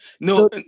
no